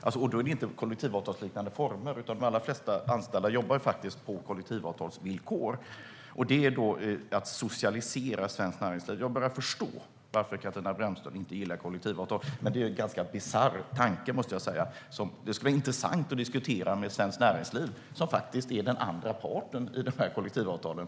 Det är inte kollektivavtalsliknande former, utan de allra flesta anställda jobbar faktiskt på kollektivavtalsvillkor. Det är alltså att socialisera svenskt näringsliv. Jag börjar förstå varför Katarina Brännström inte gillar kollektivavtal. Det är en ganska bisarr tanke, måste jag säga. Det skulle vara intressant att diskutera detta med Svenskt Näringsliv, som faktiskt är den andra parten i de här kollektivavtalen.